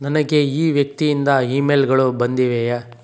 ನನಗೆ ಈ ವ್ಯಕ್ತಿಯಿಂದ ಇ ಮೇಲ್ಗಳು ಬಂದಿವೆಯಾ